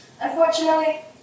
Unfortunately